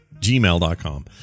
gmail.com